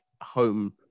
home